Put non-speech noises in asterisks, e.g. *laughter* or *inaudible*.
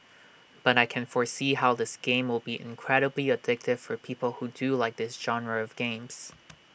but I can foresee how this game will be incredibly addictive for people who do like this genre of games *noise*